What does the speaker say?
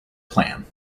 plan